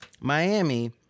Miami